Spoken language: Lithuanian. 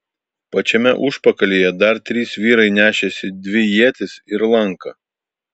pačiame užpakalyje dar trys vyrai nešėsi dvi ietis ir lanką